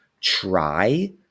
try